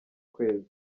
kwezi